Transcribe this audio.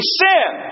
sin